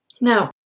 Now